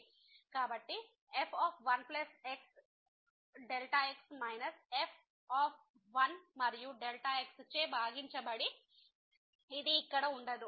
కాబట్టి f 1 x x minus f మరియు x చే భాగించబడి ఇది ఇక్కడ ఉండదు